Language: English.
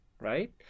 Right